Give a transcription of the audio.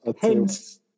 Hence